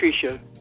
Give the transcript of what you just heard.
Patricia